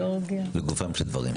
לגופם של דברים.